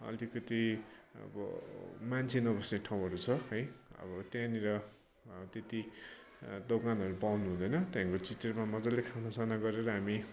अलिकति अब मान्छे नबस्ने ठाउँहरू छ है अब त्यहाँनिर त्यति दोकानहरू पाउनु हुँदैन त्यहाँदेखिको चित्रेमा मजाले खाना साना गरेर हामी